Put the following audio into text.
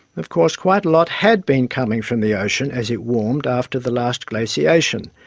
of course quite a lot had been coming from the ocean as it warmed after the last glaciation.